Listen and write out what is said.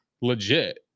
legit